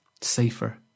safer